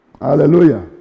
hallelujah